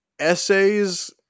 essays